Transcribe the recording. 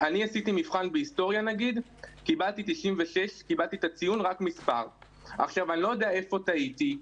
עשיתי מבחן בהיסטוריה קיבלתי ציון 96. אני לא יודע איפה טעיתי.